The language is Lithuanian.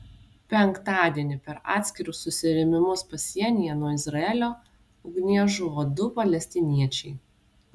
penktadienį per atskirus susirėmimus pasienyje nuo izraelio ugnies žuvo du palestiniečiai